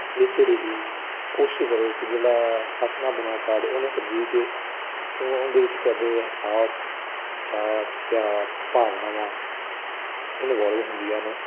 ਇਸ ਲਈ ਹੀ ਕੋਸ਼ਿਸ਼ ਕਰੋ ਕਿ ਜਿਹੜਾ ਹੱਥ ਨਾਲ ਬਣਿਆ ਕਾਰਡ ਉਹਨੂੰ ਤਰਜੀਹ ਦਿਓ ਕਿਉਂ ਉਹਦੇ ਵਿੱਚ ਤੁਹਾਡੇ ਅਹਿਸਾਸ ਵਿਚਾਰ ਪਿਆਰ ਭਾਵਨਾਵਾਂ ਇਨਵੋਲਵ ਹੁੰਦੀਆਂ ਨੇ